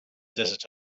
desert